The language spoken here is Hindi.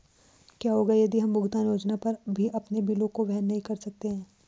क्या होगा यदि हम भुगतान योजना पर भी अपने बिलों को वहन नहीं कर सकते हैं?